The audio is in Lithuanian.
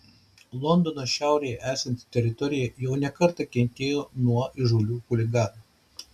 londono šiaurėje esanti teritorija jau ne kartą kentėjo nuo įžūlių chuliganų